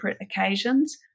occasions